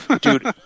Dude